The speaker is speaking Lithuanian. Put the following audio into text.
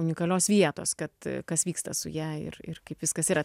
unikalios vietos kad kas vyksta su ja ir ir kaip viskas yra